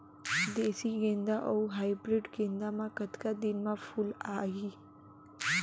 देसी गेंदा अऊ हाइब्रिड गेंदा म कतका दिन म फूल आही?